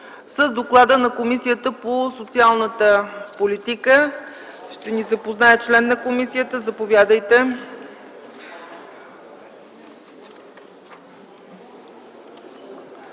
С доклада на Комисията по труда и социалната политика ще ни запознае член на комисията. Заповядайте.